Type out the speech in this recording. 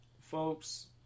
folks